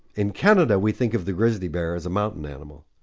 in canada we think of the grizzly bear as a mountain animal,